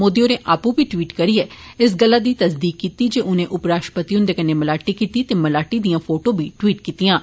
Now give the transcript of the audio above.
मोदी होरें आपूं बी ट्वीट करियै इस गल्ला दी तस्दीक कीती जे उनें उप राष्ट्रपति हुंदे कन्नै मलाटी कीती ऐ ते मलाटी दियां दो फोटो बी ट्वीट कीतियां न